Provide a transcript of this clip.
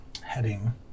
heading